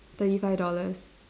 thirty five dollars